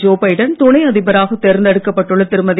Joe Biden துணை அதிபராக தேர்ந்தெடுக்கப்பட்டுள்ள திருமதி